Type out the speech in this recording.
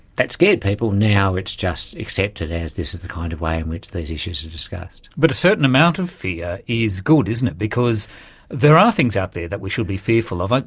that scared people, now it's just accepted as this is the kind of way in which these issues are discussed. but a certain amount of fear is good, isn't it, because there are things out there that we should be fearful of. like